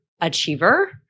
achiever